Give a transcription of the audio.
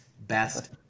best